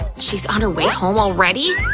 she's on her way home already?